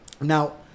Now